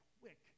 quick